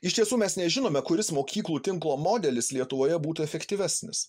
iš tiesų mes nežinome kuris mokyklų tinklo modelis lietuvoje būtų efektyvesnis